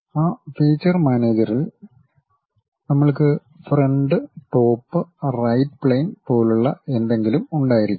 ആ ഫീച്ചർ മാനേജറിൽ നമ്മൾക്ക് ഫ്രണ്ട് ടോപ് റൈറ്റ് പ്ളെയിൻ പോലുള്ള എന്തെങ്കിലും ഉണ്ടായിരിക്കാം